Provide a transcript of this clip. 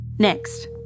Next